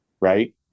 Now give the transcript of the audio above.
right